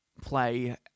play